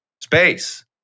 space